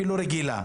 אפילו רגילה,